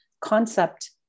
concept